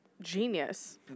genius